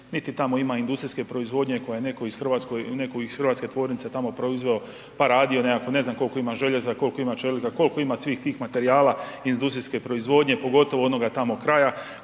niti tamo ima industrijske proizvodnje koje je netko iz hrvatske tvornice tamo proizveo pa radio nekako, ne znam kolko ima željeza, kolko ima čelika, kolko ima svih tih materijala iz industrijske proizvodnje pogotovo onoga tamo kraja